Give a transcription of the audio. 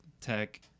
tech